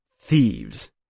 thieves